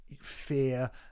fear